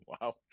Wow